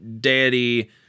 deity